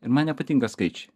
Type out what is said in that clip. ir man nepatinka skaičiai